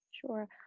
Sure